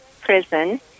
prison